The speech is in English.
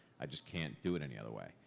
i just can't do it any other way.